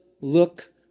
look